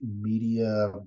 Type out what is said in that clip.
media